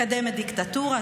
מקדמת דיקטטורה,